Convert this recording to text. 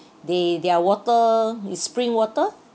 they their water is spring water